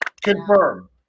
confirm